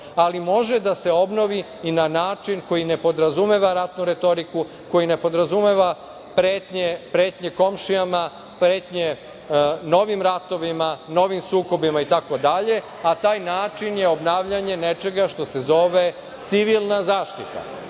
ali može da se obnovi i na način koji ne podrazumeva ratnu retoriku, koji ne podrazumeva pretnje komšijama, pretnje novim ratovima, novim sukobima itd, a taj način je obnavljanje nečega što se zove civilna zaštita.